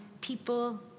people